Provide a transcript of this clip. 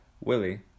Willie